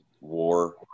war